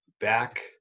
back